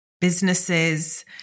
businesses